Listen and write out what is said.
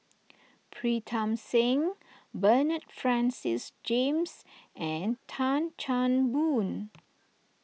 Pritam Singh Bernard Francis James and Tan Chan Boon